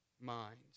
minds